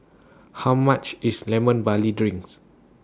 How much IS Lemon Barley Drinks